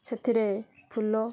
ସେଥିରେ ଫୁଲ